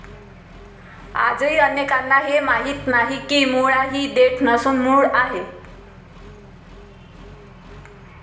आजही अनेकांना हे माहीत नाही की मुळा ही देठ नसून मूळ आहे